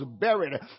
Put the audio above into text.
buried